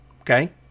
Okay